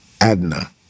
Adna